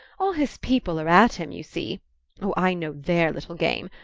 all his people are at him, you see oh, i know their little game!